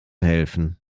helfen